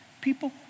people